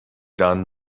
done